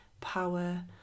power